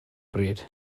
bryd